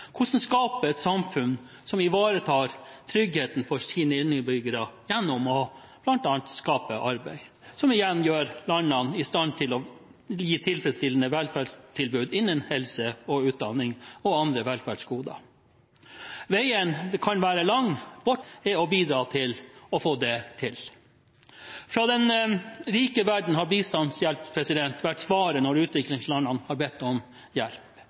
Hvordan skape et samfunn som ivaretar tryggheten for innbyggerne, gjennom bl.a. å skape arbeid, noe som igjen gjør landene i stand til å gi tilfredsstillende velferdstilbud innen helse og utdanning og andre velferdsgoder? Veien kan være lang. Vårt felles ansvar er å bidra til å få det til. Fra den rike verden har bistandshjelp vært svaret når utviklingslandene har bedt om hjelp.